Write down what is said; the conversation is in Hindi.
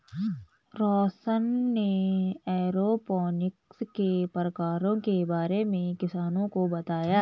रौशन ने एरोपोनिक्स के प्रकारों के बारे में किसानों को बताया